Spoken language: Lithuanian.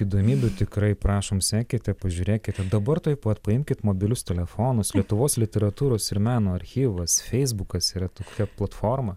įdomybių tikrai prašom sekite pažiūrėkite dabar tuoj pat paimkit mobilius telefonus lietuvos literatūros ir meno archyvas feisbukas yra tokia platforma